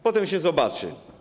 Potem się zobaczy.